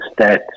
stats